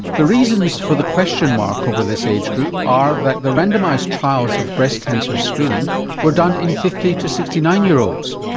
the reasons for the question mark over this age group are that the randomised trials of breast cancer screening were done in fifty to sixty nine year olds.